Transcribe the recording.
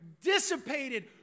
dissipated